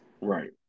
right